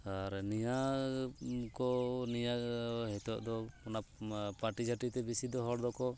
ᱟᱨ ᱱᱤᱭᱟᱹ ᱠᱚ ᱱᱤᱭᱟᱹ ᱦᱤᱛᱚᱜ ᱫᱚ ᱚᱱᱟ ᱚᱱᱟ ᱯᱟᱴᱤ ᱡᱷᱟᱴᱤ ᱛᱮᱜᱮ ᱵᱮᱥᱤ ᱫᱚ ᱦᱚᱲ ᱫᱚᱠᱚ